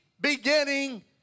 beginning